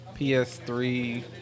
PS3